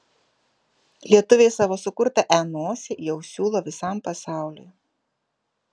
lietuviai savo sukurtą e nosį jau siūlo visam pasauliui